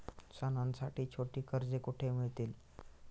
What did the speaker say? सणांसाठी छोटी कर्जे कुठे मिळतील?